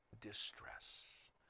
distress